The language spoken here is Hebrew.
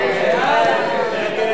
הצעת